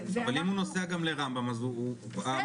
אבל אם הוא נוסע גם לרמב"ם אז הוא מיומן,